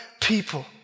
people